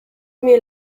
mir